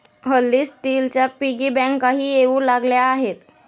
हल्ली स्टीलच्या पिगी बँकाही येऊ लागल्या आहेत